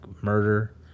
murder